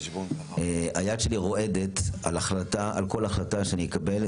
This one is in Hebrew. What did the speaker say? היד שלי רועדת על כל החלטה שאני אקבל,